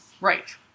Right